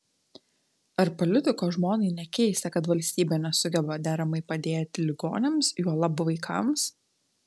ar politiko žmonai nekeista kad valstybė nesugeba deramai padėti ligoniams juolab vaikams